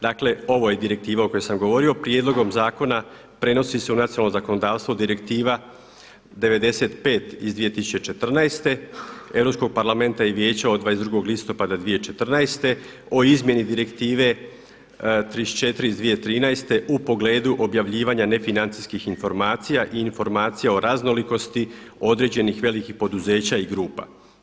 Dakle ovo je direktiva o kojoj sam govorio, prijedlogom zakona prenosi se u nacionalno zakonodavstvo Direktiva 95 iz 2014., Europskog parlamenta i Vijeća od 22. listopada 2014., o izmjeni direktive 34 iz 2013. u pogledu objavljivanja nefinancijskih informacija i informacija o raznolikosti određenih velikih poduzeća i grupa.